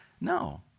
No